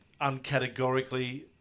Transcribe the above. uncategorically